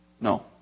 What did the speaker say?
No